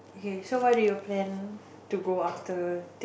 okay so why do you plan to go after